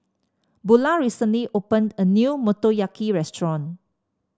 Bulah recently opened a new Motoyaki Restaurant